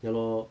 ya lor